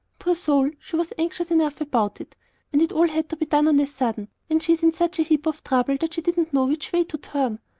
poor soul! she was anxious enough about it and it all had to be done on a sudden, and she in such a heap of trouble that she didn't know which way to turn.